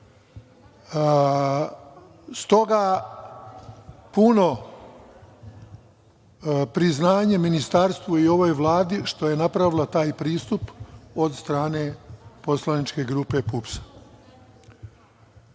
S toga, puno priznanje Ministarstvu i ovoj Vladi što je napravila taj pristup od strane poslaničke grupe